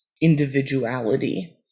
individuality